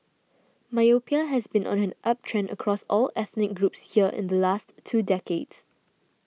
myopia has been on an uptrend across all ethnic groups here in the last two decades